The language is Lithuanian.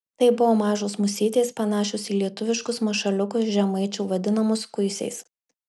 tai buvo mažos musytės panašios į lietuviškus mašaliukus žemaičių vadinamus kuisiais